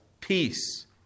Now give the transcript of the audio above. peace